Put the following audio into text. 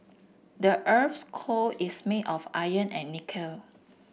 the earth's core is made of iron and nickel